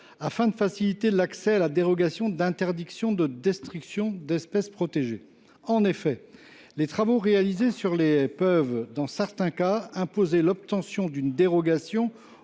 afin de faciliter l’accès à la dérogation d’interdiction de destruction d’espèces protégées. En effet, les travaux réalisés sur les haies peuvent, dans certains cas, imposer l’obtention d’une dérogation